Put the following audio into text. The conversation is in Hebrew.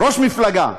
ראש מפלגה.